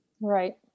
Right